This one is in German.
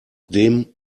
dem